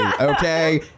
Okay